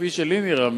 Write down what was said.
כפי שלי נראה,